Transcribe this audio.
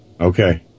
Okay